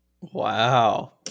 Wow